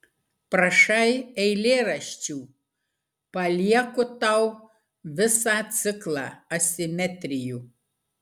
prašai eilėraščių palieku tau visą ciklą asimetrijų